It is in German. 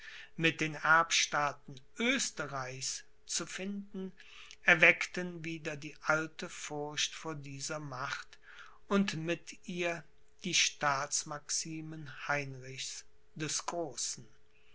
mit den erbstaaten oesterreichs zu finden erweckten wieder die alte furcht vor dieser macht und mit ihr die staatsmaximen heinrichs des großen